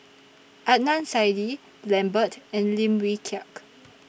Adnan Saidi Lambert and Lim Wee Kiak